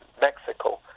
Mexico